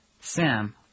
Sam